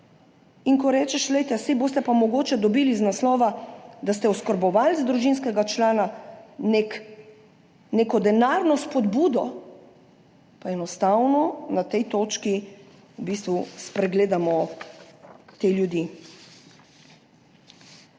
in ko rečeš, glejte, saj boste pa mogoče dobili iz naslova, da ste oskrbovalec družinskega člana neko denarno spodbudo – enostavno na tej točki v bistvu spregledamo te ljudi.